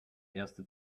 erste